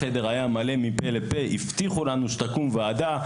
החדר היה מלא מפה לפה, והבטיחו לנו שתקום ועדה.